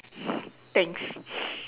thanks